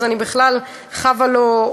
אז אני בכלל חבה לו,